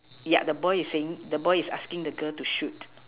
yeah the boy is saying the boy is asking the girl to shoot